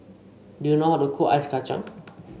do you know how to cook Ice Kachang